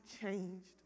changed